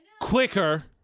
quicker